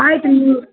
ಆಯ್ತು ನಿಮ್ಮದು